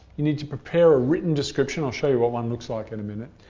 you need to prepare a written description i'll show you what one looks like in a minute.